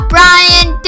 Brian